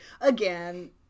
Again